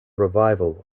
revival